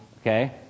okay